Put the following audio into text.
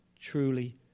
truly